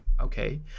okay